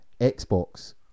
Xbox